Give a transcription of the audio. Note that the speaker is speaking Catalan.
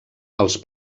els